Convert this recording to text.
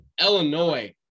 Illinois